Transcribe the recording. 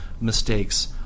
mistakes